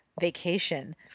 vacation